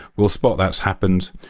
we'll spot that's happened.